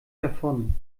davon